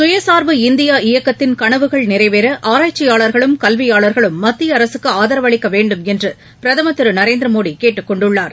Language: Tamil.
சுயசா்பு இந்தியா இயக்கத்தின் கனவுகள் நிறைவேற ஆராய்ச்சியாளர்களும் கல்வியாளர்களும் மத்திய அரசுக்கு ஆதரவளிக்க வேண்டும் என்று பிரதம் திரு நரேந்திர மோடி கேட்டுக் கொண்டுள்ளார்